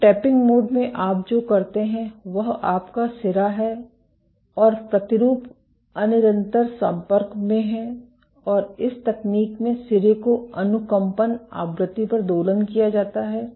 तो tapping mode में आप जो करते हैं वह आपका सिरा है और प्रतिरूप अनिरंतर संपर्क में है और इस तकनीक में सिरे को अनुकंपन आवृति पर दोलन किया जाता है